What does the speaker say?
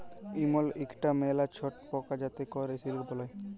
ইমল ইকটা ম্যালা ছট পকা যাতে ক্যরে সিল্ক বালাই